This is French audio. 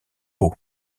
pau